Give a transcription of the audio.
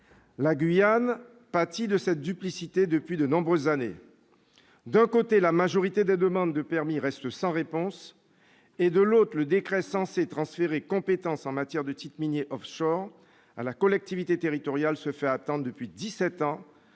la Guyane pâtit de cette duplicité depuis de nombreuses années. D'un côté, la majorité des demandes de permis restent sans réponse et, de l'autre, le décret censé transférer compétence en matière de titres miniers à la collectivité territoriale se fait attendre depuis